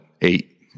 eight